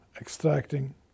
extracting